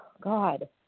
god